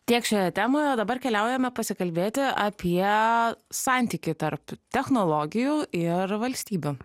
tiek šioje temoje o dabar keliaujame pasikalbėti apie santykį tarp technologijų ir valstybių